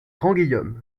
grandguillaume